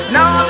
Now